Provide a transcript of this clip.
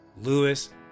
Lewis